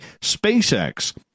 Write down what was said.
SpaceX